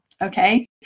okay